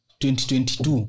2022